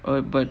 uh but